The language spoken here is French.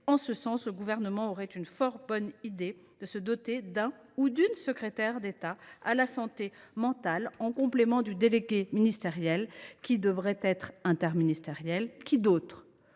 À cet égard, le Gouvernement serait bien inspiré de se doter d’un ou d’une secrétaire d’État à la santé mentale, en complément du délégué ministériel, qui devrait être interministériel. Qui d’autre